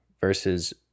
versus